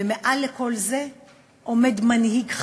ומעל כל זה עומד מנהיג חזק,